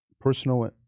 personal